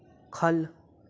ख'ल्ल